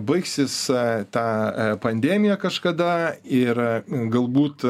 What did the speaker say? baigsis ta pandemija kažkada ir galbūt